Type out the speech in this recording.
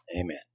Amen